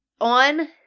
on